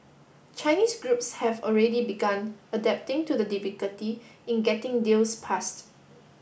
Chinese groups have already begun adapting to the difficulty in getting deals passed